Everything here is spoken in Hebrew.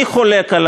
אני חולק על